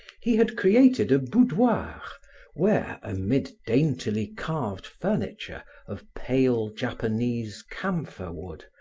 he had created a boudoir where, amid daintily carved furniture of pale, japanese camphor-wood,